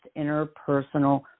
interpersonal